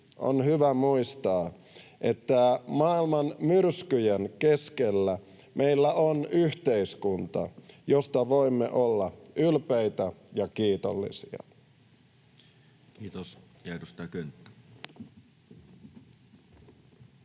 on hyvä muistaa, että maailman myrskyjen keskellä meillä on yhteiskunta, josta voimme olla ylpeitä ja kiitollisia. Kiitos.